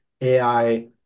AI